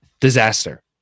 disaster